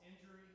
injury